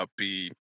upbeat